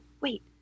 wait